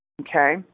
Okay